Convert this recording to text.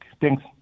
Thanks